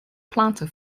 planter